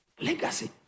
Legacy